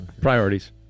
Priorities